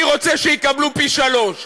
אני רוצה שיקבלו פי-שלושה,